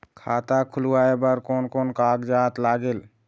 खाता खुलवाय बर कोन कोन कागजात लागेल?